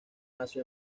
nació